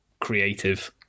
creative